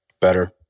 better